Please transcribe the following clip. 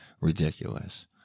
ridiculous